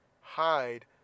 hide